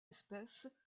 espèces